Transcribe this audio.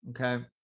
Okay